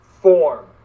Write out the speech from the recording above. form